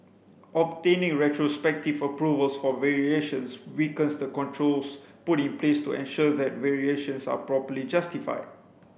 obtaining retrospective approvals for variations weakens the controls put in place to ensure that variations are properly justified